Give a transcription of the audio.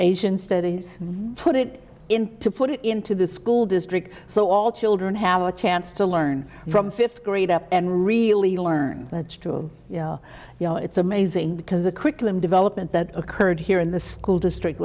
asian studies put it in to put it into the school district so all children have a chance to learn from fifth grade up and really learn that's true it's amazing because the curriculum development that occurred here in the school district